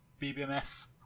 BBMF